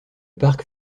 parc